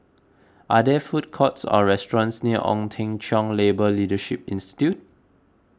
are there food courts or restaurants near Ong Teng Cheong Labour Leadership Institute